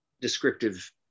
descriptive